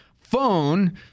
phone